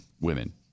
women